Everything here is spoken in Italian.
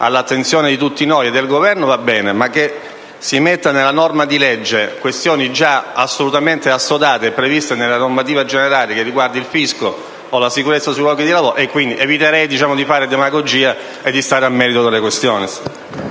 all'attenzione di tutti noi è positivo; eviterei però di inserire in una norma di legge questioni già assolutamente assodate e previste nella normativa generale che riguarda il fisco o la sicurezza sui luoghi di lavoro. Eviterei quindi di fare demagogia per restare al merito delle questioni.